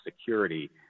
security